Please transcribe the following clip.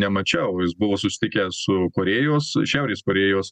nemačiau o jis buvo susitikę su korėjos šiaurės korėjos